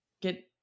get